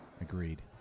Agreed